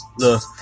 Look